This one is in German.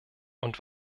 und